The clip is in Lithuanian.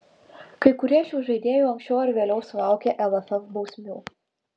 kai kurie iš šių žaidėjų anksčiau ar vėliau sulaukė lff bausmių